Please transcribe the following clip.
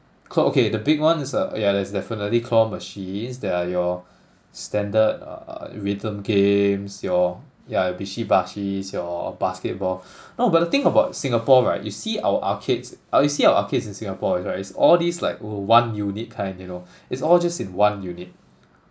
claw okay the big one is uh yeah there's definitely claw machines there are your standard uh rhythm games your yeah your bishi bashis your basketball no but the thing about Singapore right you see our arcades you see our arcades in Singapore right it's all these like oh one unit kind you know it's all just in one unit